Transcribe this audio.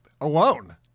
alone